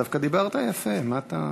דווקא דיברת יפה, מה אתה מתעצבן?